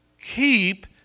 keep